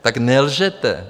Tak nelžete.